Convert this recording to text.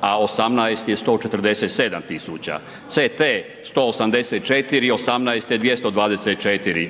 a 2018. 147 tisuća, CT 184, 2018. 224,